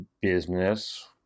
business